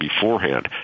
beforehand